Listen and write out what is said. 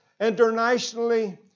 internationally